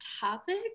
topic